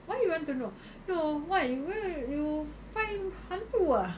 why you want to know no why w~ you find hantu ah